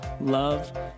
love